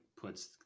puts